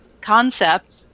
concept